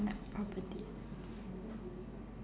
but property